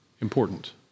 important